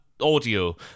audio